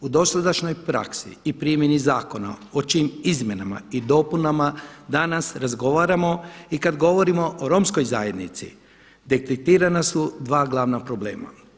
U dosadašnjoj praksi i primjeni zakona o čijim izmjenama i dopunama danas razgovaramo i kad govorimo o Romskoj zajednici detektirana su dva glavna problema.